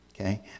Okay